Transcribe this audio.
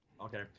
Okay